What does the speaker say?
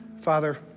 Father